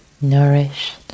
nourished